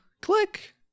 Click